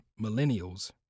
millennials